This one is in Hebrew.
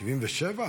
תודה רבה.